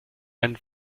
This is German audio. einen